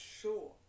sure